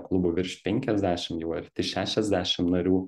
klubų virš penkiasdešim jau arti šešiasdešim narių